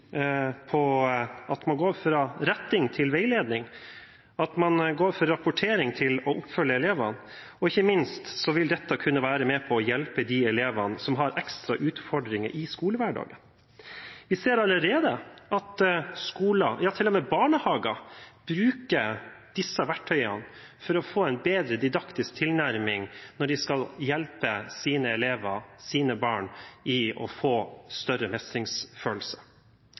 at man går fra retting til veiledning, ved at man går fra rapportering til å følge opp elevene. Ikke minst vil dette kunne være med på å hjelpe de elevene som har ekstra utfordringer i skolehverdagen. Vi ser allerede at skoler, ja, til og med barnehager, bruker disse verktøyene for å få en bedre didaktisk tilnærming når de skal hjelpe sine elever eller sine barn til å få større mestringsfølelse.